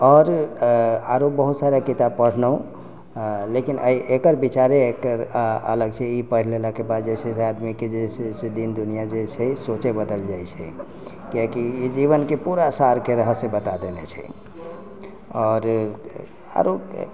आओर आरो बहुत सारा किताब पढलहुॅं लेकिन अय एकर विचारे एकर अलग छै ई पढ़ि लेला के बाद जे छै आदमी के दिन दुनिआ जे छै सोचे बदैल जाइ छै कियाकि ई जीवन के पूरा सार के रहस्य बता देने छै आओर आरो